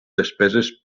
despeses